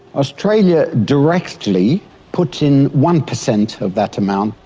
australia directly puts in one percent of that amount,